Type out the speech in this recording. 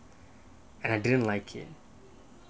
and I didn't like it